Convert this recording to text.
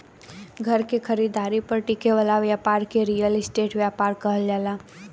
घर के खरीदारी पर टिके वाला ब्यपार के रियल स्टेट ब्यपार कहल जाला